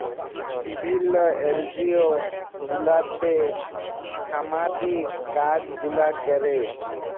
বিভিল্ল্য এলজিও গুলাতে ছামাজিক কাজ গুলা ক্যরে